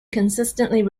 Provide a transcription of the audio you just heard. consistently